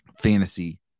fantasy